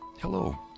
Hello